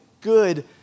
good